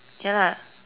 ya lah